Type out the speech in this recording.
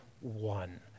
one